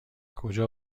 کجا